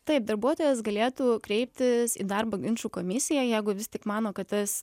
taip darbuotojas galėtų kreiptis į darbo ginčų komisiją jeigu vis tik mano kad tas